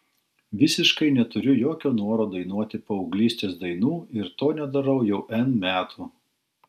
visiškai neturiu jokio noro dainuoti paauglystės dainų ir to nedarau jau n metų